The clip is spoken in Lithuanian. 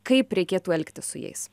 kaip reikėtų elgtis su jais